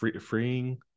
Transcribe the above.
freeing